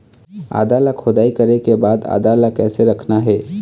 आदा ला खोदाई करे के बाद आदा ला कैसे रखना हे?